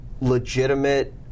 legitimate